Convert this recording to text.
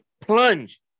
plunge